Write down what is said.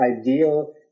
ideal